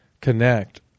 connect